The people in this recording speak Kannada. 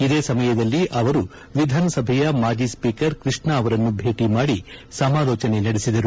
ಇದೇ ಸಮಯದಲ್ಲಿ ಅವರು ವಿಧಾನಸಭೆಯ ಮಾಜಿ ಸ್ಪೀಕರ್ ಕೃಷ್ಣಾ ಅವರನ್ನು ಭೇಟಿ ಮಾಡಿ ಸಮಾಲೋಚನೆ ನಡೆದರು